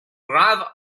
brave